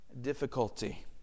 difficulty